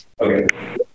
Okay